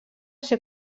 ser